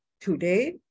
today